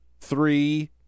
three